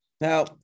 Now